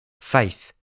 Faith